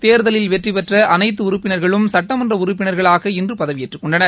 தேர்தலில் வெற்றிபெற்ற அனைத்து உறுப்பினர்களும் சட்டமன்ற உறுப்பினர்களா இன்று பதவியேற்றக் கொண்டனர்